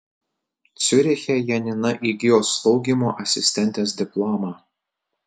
ciuriche janina įgijo slaugymo asistentės diplomą